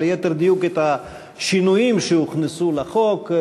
או ליתר דיוק את השינויים שהוכנסו לחוק,